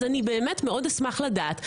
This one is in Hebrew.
אז אני באמת מאוד אשמח לדעת מנגה,